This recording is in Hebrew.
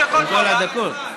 כל הדקות.